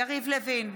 יריב לוין,